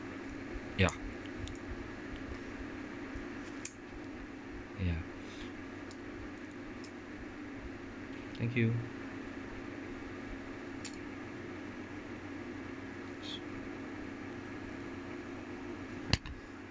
ya ya thank you